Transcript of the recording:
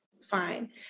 Fine